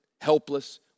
helpless